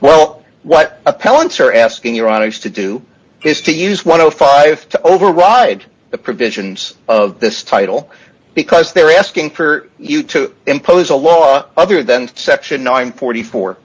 well what appellants are asking your honour's to do is to use one o five to override the provisions of this title because they're asking for you to impose a law other than section i'm forty four